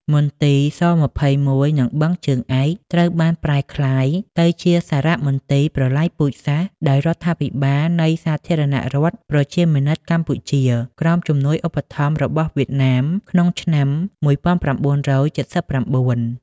មន្ទីរ ស-២១ និង បឹងជើងឯក ត្រូវបានប្រែក្លាយទៅជាសារមន្ទីរប្រល័យពូជសាសន៍ដោយរដ្ឋាភិបាលនៃ សាធារណរដ្ឋប្រជាមានិតកម្ពុជា ក្រោមជំនួយឧបត្ថម្ភរបស់វៀតណាមក្នុងឆ្នាំ១៩៧៩ ។